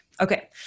Okay